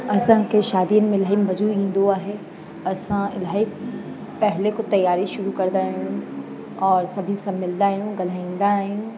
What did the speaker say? असांखे शादीअ में अलाई मज़ो ईंदो आहे असां इलाही पहिले खां तयारी शुरु कंदा आहियूं और सभी सां मिलंदा आहियूं ॻाल्हाईंदा आहियूं